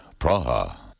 Praha